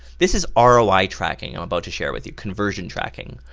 this is r o i. tracking i'm about to share with you, conversion tracking.